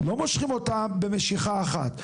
לא מושכים אותה במשיכה אחת.